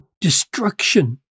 destruction